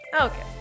Okay